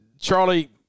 Charlie